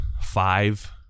five